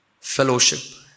Fellowship